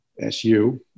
SU